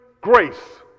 grace